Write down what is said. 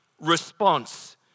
response